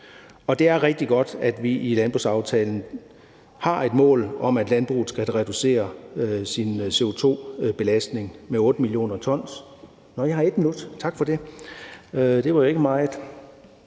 Og det er rigtig godt, at vi i landbrugsaftalen har et mål om, at landbruget skal reducere sin CO2-belastning med 8 millioner t. Nå, jeg har 1 minut tilbage? Tak for det – det var jo ikke meget.